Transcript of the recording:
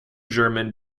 german